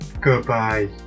goodbye